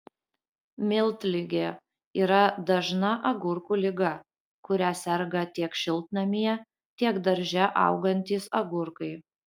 miltligė yra dažna agurkų liga kuria serga tiek šiltnamyje tiek darže augantys agurkai